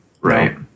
Right